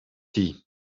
tea